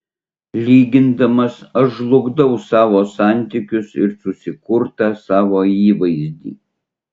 lygindamas aš žlugdau savo santykius ir susikurtą savo įvaizdį